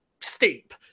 Steep